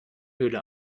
höhle